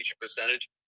percentage